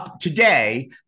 today